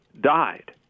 died